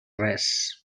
res